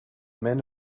men